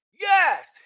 Yes